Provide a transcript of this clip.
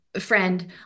friend